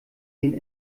den